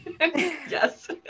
yes